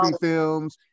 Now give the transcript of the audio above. films